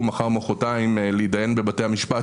מחר או מוחרתיים להתדיין בבתי המשפט,